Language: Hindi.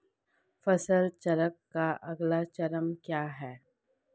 फसल चक्र का अंतिम चरण क्या है?